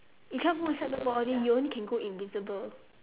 you cannot go inside the body you only can go invisible